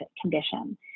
condition